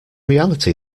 reality